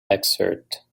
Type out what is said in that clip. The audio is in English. excerpt